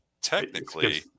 technically